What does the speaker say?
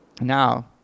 Now